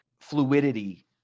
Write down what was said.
fluidity